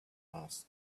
asked